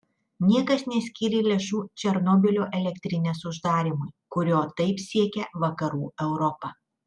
niekas neskyrė lėšų černobylio elektrinės uždarymui kurio taip siekia vakarų europa